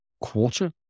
quarter